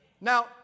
Now